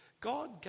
god